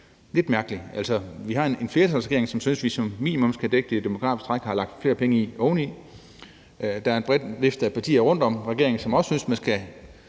lidt mærkeligt. Altså, vi har en flertalsregering, som synes, at vi som minimum skal dække det demografiske træk, og som har lagt flere penge oveni. Der er en bred vifte af partier rundt om regeringen, som også synes, man skal